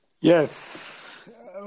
Yes